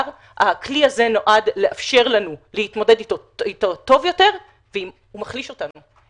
הכלי הזה נועד לנו לאפשר להתמודד אתו טוב יותר והוא מחליש אותנו.